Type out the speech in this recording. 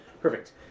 Perfect